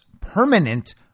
permanent